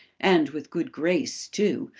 and with good grace too,